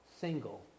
single